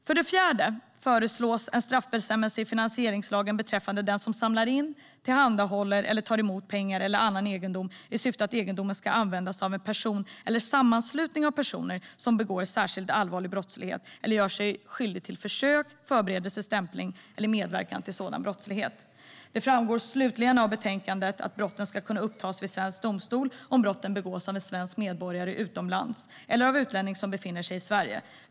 För det fjärde föreslås en straffbestämmelse i finansieringslagen beträffande den som samlar in, tillhandahåller eller tar emot pengar eller annan egendom i syfte att egendomen ska användas av en person eller sammanslutning av personer som begår särskilt allvarlig brottslighet eller gör sig skyldig till försök, förberedelse, stämpling eller medverkan till sådan brottslighet. Det framgår slutligen av betänkandet att brotten ska kunna upptas i svensk domstol om brotten begåtts av svensk medborgare utomlands eller av utlänning som befinner sig i Sverige.